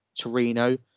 Torino